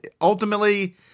Ultimately